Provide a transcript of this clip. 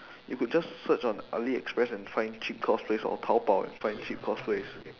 you could just search on aliexpress and find cheap cosplays or taobao and find cheap cosplays